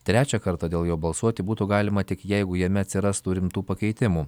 trečią kartą dėl jo balsuoti būtų galima tik jeigu jame atsirastų rimtų pakeitimų